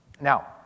Now